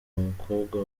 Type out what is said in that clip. umukobwa